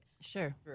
Sure